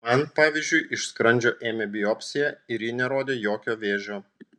man pavyzdžiui iš skrandžio ėmė biopsiją ir ji nerodė jokio vėžio